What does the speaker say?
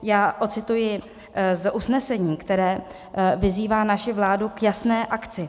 Já odcituji z usnesení, které vyzývá naši vládu k jasné akci.